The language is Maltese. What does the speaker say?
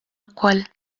wkoll